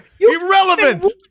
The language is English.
Irrelevant